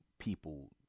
people